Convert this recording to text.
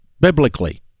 biblically